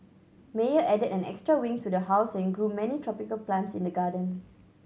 Meyer added an extra wing to the house and grew many tropical plants in the garden